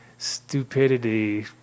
stupidity